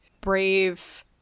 brave